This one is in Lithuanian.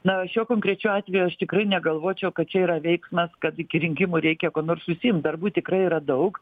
na šiuo konkrečiu atveju aš tikrai negalvočiau kad čia yra veiksmas kad iki rinkimų reikia kuo nors užsiimt darbų tikrai yra daug